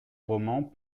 romans